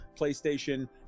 PlayStation